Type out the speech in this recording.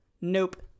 Nope